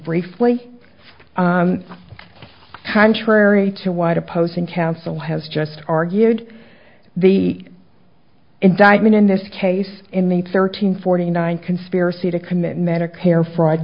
briefly contrary to what opposing counsel has just argued the indictment in this case in the thirteen forty nine conspiracy to commit medicare fraud